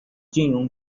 金融